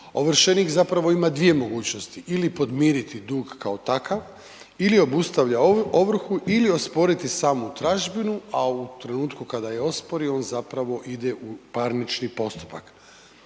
Ovršenik zapravo ima 2 mogućnosti. Ili podmiriti dug kao takav, ili obustavlja ovrhu ili osporiti samu tražbinu, a u trenutku kada je ospori, on zapravo ide u parnični postupak.